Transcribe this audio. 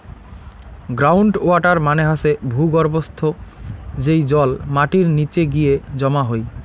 ground water মানে হসে ভূর্গভস্থ, যেই জল মাটির নিচে গিয়ে জমা হই